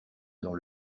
dans